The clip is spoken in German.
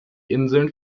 inseln